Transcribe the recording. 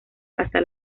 hasta